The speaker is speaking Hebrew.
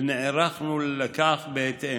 ונערכנו לכך בהתאם: